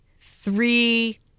three